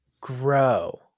grow